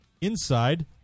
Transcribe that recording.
Inside